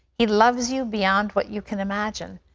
he loves you beyond what you can imagine.